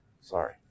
Sorry